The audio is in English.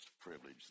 privilege